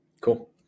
Cool